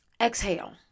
exhale